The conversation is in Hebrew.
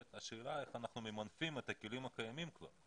אלא איך אנחנו ממנפים את הכלים הקיימים כבר.